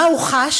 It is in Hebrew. מה הוא חש,